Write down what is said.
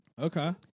Okay